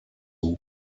who